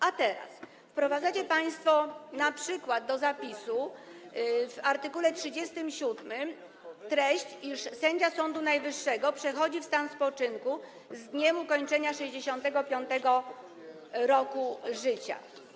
A teraz wprowadzacie państwo np. do zapisu w art. 37 tekst, iż sędzia Sądu Najwyższego przechodzi w stan spoczynku z dniem ukończenia 65. roku życia.